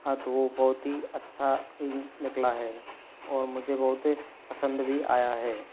हाँ तो वो बहुत ही अच्छा निकला है और मुझे बहुत पसंद भी आया है